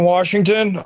Washington